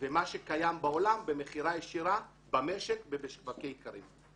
במה שקיים בעולם במכירה ישירה במשק ובשווקי איכרים.